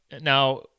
now